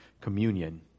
communion